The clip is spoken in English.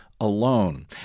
alone